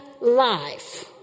life